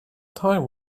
time